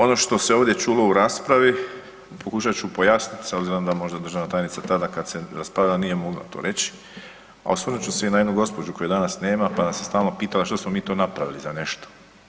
Ono što se ovdje čulo u raspravi pokušat ću pojasniti s obzirom da možda državna tajnica tada kad se raspravljalo nije mogla to reći, a osvrnut će se i na jednu gospođu koje danas nema pa nas je stalno pitala što smo mi to napravili za nešto.